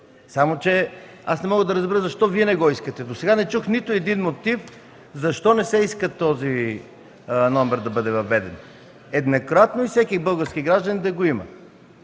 хиляди. Не мога да разбера защо Вие не го искате. Досега не чух нито един мотив защо не се иска този номер да бъде въведен еднократно и всеки български гражданин да го има?